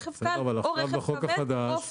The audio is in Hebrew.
רכב קל או רכב כבד או אופנועים.